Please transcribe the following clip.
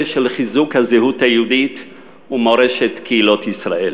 של חיזוק הזהות היהודית ומורשת קהילות ישראל.